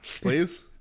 please